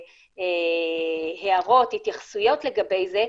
הערות והתייחסויות לגבי זה,